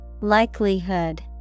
Likelihood